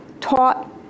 taught